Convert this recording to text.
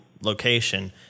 location